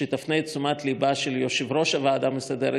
שתפנה את תשומת ליבו של יושב-ראש הוועדה המסדרת